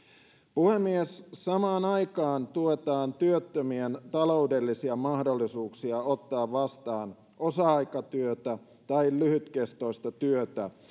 puhemies samaan aikaan tuetaan työttömien taloudellisia mahdollisuuksia ottaa vastaan osa aikatyötä tai lyhytkestoista työtä